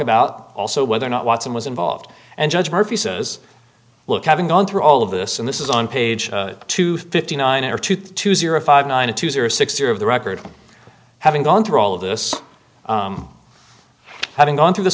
about also whether or not watson was involved and judge murphy says look having gone through all of this and this is on page two fifty nine or two two zero five nine zero two zero six three of the record having gone through all of this having gone through this